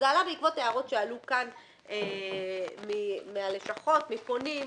זה עלה בעקבות הערות שעלו כאן מהלשכות, מפונים,